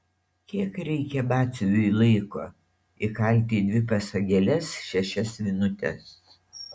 kiek reikia batsiuviui laiko įkalti į dvi pasagėles šešias vinutes